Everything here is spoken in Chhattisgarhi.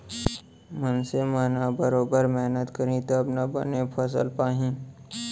मनसे मन ह बरोबर मेहनत करही तब ना बने फसल पाही